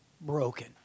broken